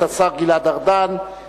את השר גלעד ארדן,